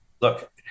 look